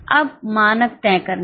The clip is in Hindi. अब मानक तय करना